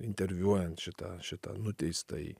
interviuojant šitą šitą nuteistąjį